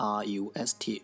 r-u-s-t